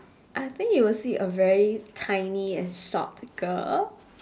I think you will see a very tiny and short girl